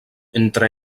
entre